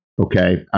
okay